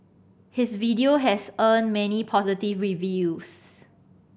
his video has earned many positive reviews